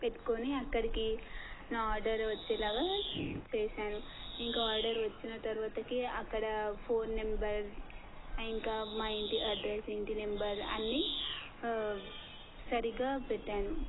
పెట్టుకొని అక్కడికి నా ఆర్డర్ వచ్చేలాగా చేశాను ఇంకా ఆర్డర్ వచ్చిన తర్వాతకి అక్కడ ఫోన్ నెంబర్ ఇంకా మా ఇంటి అడ్రస్ ఇంటి నెంబర్ అన్ని సరిగ్గా పెట్టాను